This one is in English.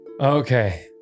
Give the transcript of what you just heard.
Okay